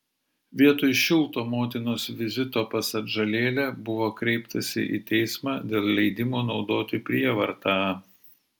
vietoj šilto motinos vizito pas atžalėlę buvo kreiptasi į teismą dėl leidimo naudoti prievartą